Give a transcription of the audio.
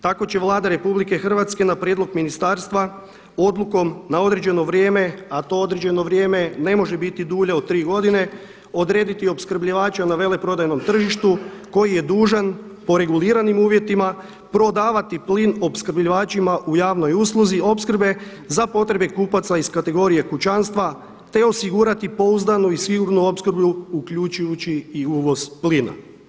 Tako će Vlada Republike Hrvatske na prijedlog ministarstva odlukom na određeno vrijeme a to određeno vrijeme ne može biti dulje od tri godine odrediti i opskrbljivača na veleprodajnom tržištu koji je dužan po reguliranim uvjetima prodavati plin opskrbljivačima u javnoj usluzi opskrbe za potrebe kupaca iz kategorije kućanstva, te osigurati pouzdanu i sigurnu opskrbu uključujući i uvoz plina.